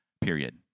period